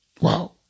Wow